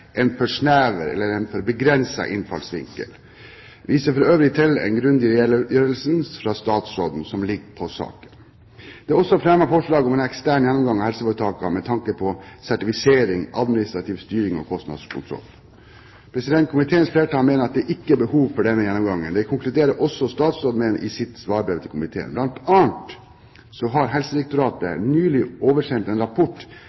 en for snever eller begrenset innfallsvinkel. Jeg viser for øvrig til den grundige redegjørelsen fra statsråden som ligger vedlagt innstillingen. Det er også fremmet forslag om en ekstern gjennomgang av helseforetakene med tanke på sertifisering, administrativ styring og kostnadskontroll. Komiteens flertall mener det ikke er behov for denne gjennomgangen. Det konkluderer også statsråden med i sitt svarbrev til komiteen. Blant annet har Helsedirektoratet nylig oversendt en rapport